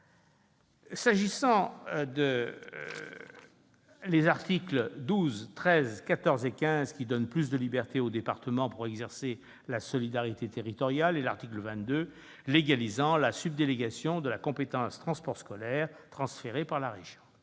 EPCI. Les articles 12, 13, 14 et 15 donnent plus de libertés aux départements pour exercer la solidarité territoriale. L'article 22 légalise la subdélégation de la compétence transports scolaires transférée par la région.